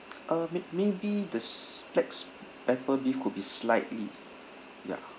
uh may~ maybe the black pepper beef could be slightly ya